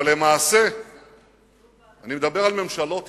אבל למעשה, אני מדבר על ממשלות ישראל,